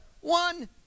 one